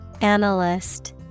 Analyst